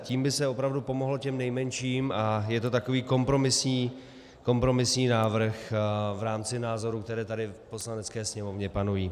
Tím by se opravdu pomohlo těm nejmenším a je to takový kompromisní návrh v rámci názorů, které tady v Poslanecké sněmovně panují.